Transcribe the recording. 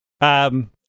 Um-